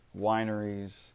wineries